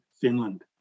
Finland